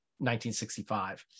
1965